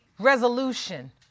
resolution